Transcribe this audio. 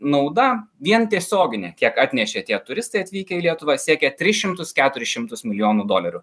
nauda vien tiesioginė kiek atnešė tie turistai atvykę į lietuvą siekia tris šimtus keturis šimtus milijonų dolerių